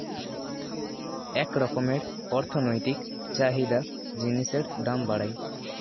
এক রকমের অর্থনৈতিক চাহিদা জিনিসের দাম বাড়ায়